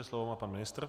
Slovo má pan ministr.